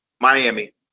Miami